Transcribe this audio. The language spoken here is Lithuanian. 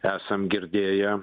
esam girdėję